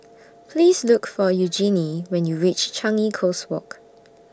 Please Look For Eugenie when YOU REACH Changi Coast Walk